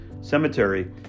cemetery